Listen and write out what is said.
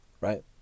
right